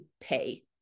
pay